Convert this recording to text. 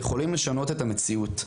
יכולים לשנות את המציאות,